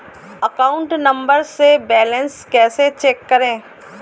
Account number से balance कैसे check करें?